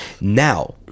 Now